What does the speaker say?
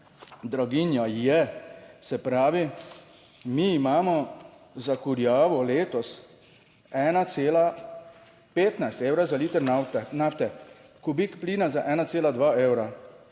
Draginja je. Se pravi, mi imamo za kurjavo letos 1,15 Evra za liter nafte, kubik plina za 1,2 evra.